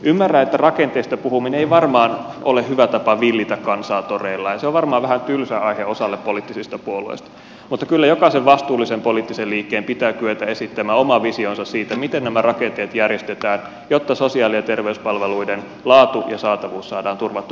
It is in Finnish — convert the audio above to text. ymmärrän että rakenteesta puhuminen ei varmaan ole hyvä tapa villitä kansaa toreilla ja se on varmaan vähän tylsä aihe osalle poliittisista puolueista mutta kyllä jokaisen vastuullisen poliittisen liikkeen pitää kyetä esittämään oma visionsa siitä miten nämä rakenteet järjestetään jotta sosiaali ja terveyspalveluiden laatu ja saatavuus saadaan turvattua